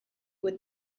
would